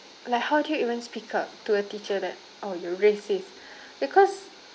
like how do you even speak up to a teacher that oh you're racist because